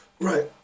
right